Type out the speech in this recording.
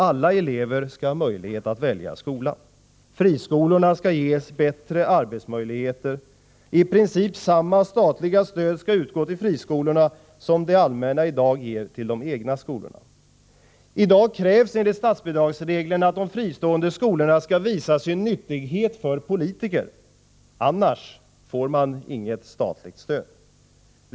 Alla elever skall ha möjlighet att välja skola. Friskolorna skall ges bättre arbetsmöjligheter. I princip skall samma statliga stöd utgå till friskolorna som det allmänna i dag ger till de egna skolorna. I dag krävs enligt statsbidragsreglerna att de fristående skolorna skall visa sin nyttighet för politiker, annars får de inget statligt stöd.